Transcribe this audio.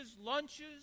lunches